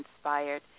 Inspired